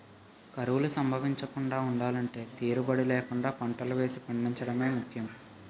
కరువులు సంభవించకుండా ఉండలంటే తీరుబడీ లేకుండా పంటలు వేసి పండించడమే ముఖ్యం